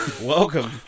welcome